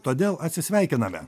todėl atsisveikiname